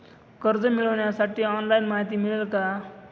कर्ज मिळविण्यासाठी ऑनलाइन माहिती मिळेल का?